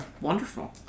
Wonderful